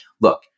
look